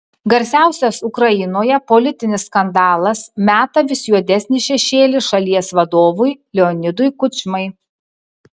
garsiausias ukrainoje politinis skandalas meta vis juodesnį šešėlį šalies vadovui leonidui kučmai